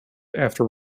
after